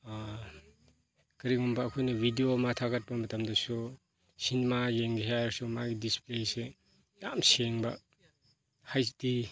ꯀꯔꯤꯒꯨꯝꯕ ꯑꯩꯈꯣꯏꯅ ꯚꯤꯗꯤꯑꯣ ꯑꯃ ꯊꯥꯒꯠꯄ ꯃꯇꯝꯗꯁꯨ ꯁꯤꯅꯦꯃꯥ ꯌꯦꯡꯒꯦ ꯍꯥꯏꯔꯁꯨ ꯃꯥꯒꯤ ꯗꯤꯁꯄ꯭ꯂꯦꯁꯦ ꯌꯥꯝ ꯁꯦꯡꯕ ꯍꯩꯆ ꯗꯤ